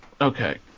Okay